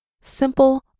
Simple